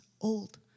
old